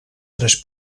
tres